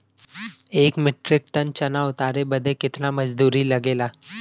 एक metric ton चना उतारे बदे कितना मजदूरी लगे ला?